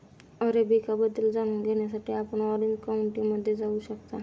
arabica बद्दल जाणून घेण्यासाठी आपण ऑरेंज काउंटीमध्ये जाऊ शकता